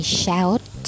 shout